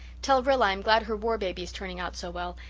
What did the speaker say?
tell rilla i'm glad her war-baby is turning out so well,